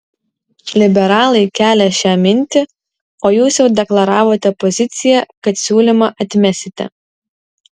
liberalai kelią šią mintį o jūs jau deklaravote poziciją kad siūlymą atmesite